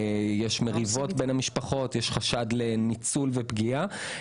יש מריבות בין המשפחות, יש חשד לניצול ופגיעה.